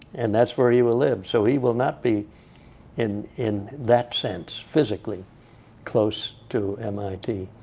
and that's where he will live. so he will not be in in that sense physically close to mit.